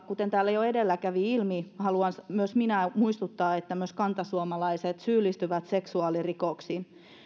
kuten täällä jo edellä kävi ilmi haluan myös minä muistuttaa että myös kantasuomalaiset syyllistyvät seksuaalirikoksiin